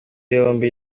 yombi